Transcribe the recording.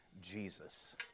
Jesus